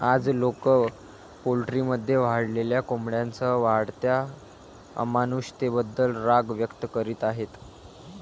आज, लोक पोल्ट्रीमध्ये वाढलेल्या कोंबड्यांसह वाढत्या अमानुषतेबद्दल राग व्यक्त करीत आहेत